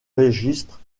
registre